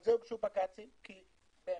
על זה הוגשו בג"צים, כי לצערנו,